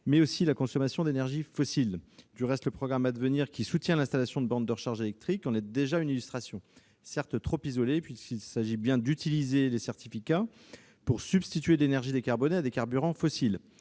mais aussi la consommation d'énergies fossiles. Du reste, le programme Advenir, qui soutient l'installation de bornes de recharge électrique, en est déjà une illustration, mais celle-ci est trop isolée, puisqu'il s'agit bien d'utiliser les certificats pour substituer de l'énergie décarbonée à des carburants fossiles.